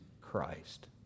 Christ